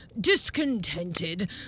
discontented